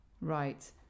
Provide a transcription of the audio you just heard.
Right